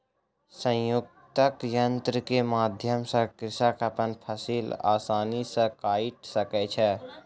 संयुक्तक यन्त्र के माध्यम सॅ कृषक अपन फसिल आसानी सॅ काइट सकै छै